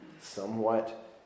somewhat